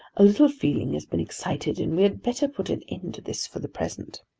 a little feeling has been excited and we had better put an end to this for the present.